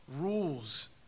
rules